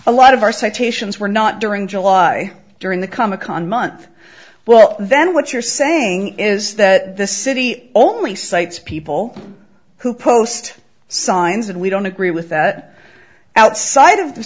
citations were not during july during the comic con month well then what you're saying is that the city only cites people who post signs and we don't agree with that outside of